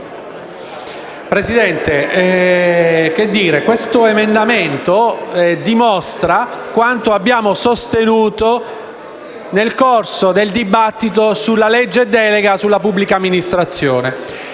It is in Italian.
*(M5S)*. L'emendamento dimostra quanto abbiamo sostenuto nel corso del dibattito sulla legge delega sulla pubblica amministrazione